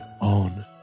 on